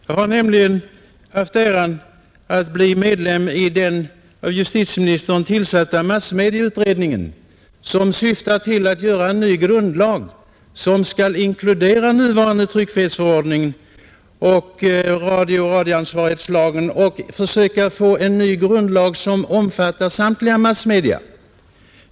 Jag har nämligen äran att vara ledamot i den av justitieministern tillsatta massmedieutredningen, Den syftar till att göra en ny grundlag vilken skall inkludera nuvarande tryckfrihetsförordning, radiolag och radioansvarighetslag. Den skall försöka skapa en grundlag som omfattar samtliga massmedia.